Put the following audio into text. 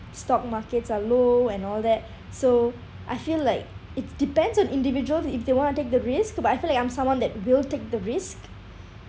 stock markets are low and all that so I feel like it's depends on individual if they want to take the risk but I feel like I'm someone that will take the risk